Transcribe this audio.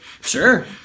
Sure